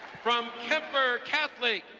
from kemper catholic,